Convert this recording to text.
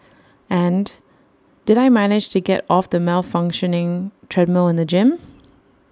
and did I manage to get off the malfunctioning treadmill in the gym